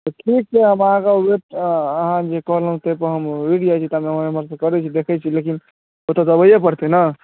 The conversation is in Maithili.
तऽ ठीक छै हम अहाँकेँ अहाँ जे कहलहुँ ताहिपर हम रुकि जाइत छी तखन हम करैत छी देखैत छी लेकिन ओ तऽ देबाइए पर छै ने तऽ